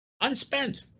Unspent